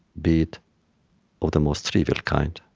be it of the most trivial kind,